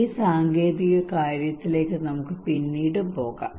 ഈ സാങ്കേതിക കാര്യത്തിലേക്ക് നമുക്ക് പിന്നീട് പോകാം